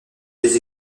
des